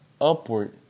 upward